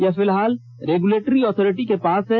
यह फिलहाल regulatory authority के पास है